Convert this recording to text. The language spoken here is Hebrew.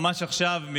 ממש עכשיו,